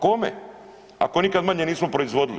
Kome, ako nikada manje nismo proizvodili.